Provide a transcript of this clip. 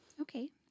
Okay